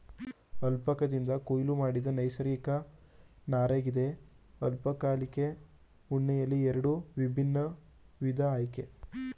ಅಲ್ಪಕಾದಿಂದ ಕೊಯ್ಲು ಮಾಡಿದ ನೈಸರ್ಗಿಕ ನಾರಗಿದೆ ಅಲ್ಪಕಾಲಿಕ ಉಣ್ಣೆಯಲ್ಲಿ ಎರಡು ವಿಭಿನ್ನ ವಿಧ ಆಯ್ತೆ